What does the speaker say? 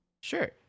Sure